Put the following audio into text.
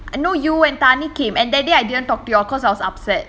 uh no you and thani came and that day I didn't talk to you all because I was upset